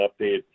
update